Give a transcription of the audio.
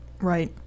right